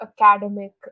academic